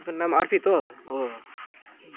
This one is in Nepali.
तिम्रो नाम अर्पित हो हो